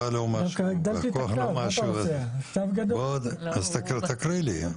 -- -תקריא לי.